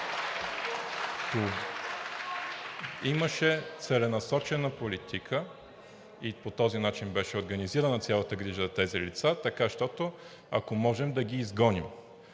Имаше целенасочена политика и по този начин беше организирана цялата грижа за тези лица, така щото, ако можем, да ги изгоним.